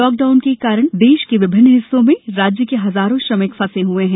lock down के कारण देश के विभिन्न हिस्सों में राज्य के हजारों श्रमिक फसे हए हैं